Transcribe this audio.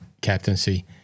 captaincy